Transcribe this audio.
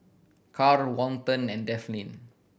Karl Walton and Delphine